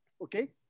Okay